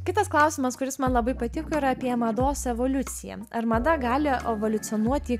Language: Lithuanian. kitas klausimas kuris man labai patiko yra apie mados evoliuciją ar mada gali evoliucionuoti į